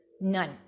None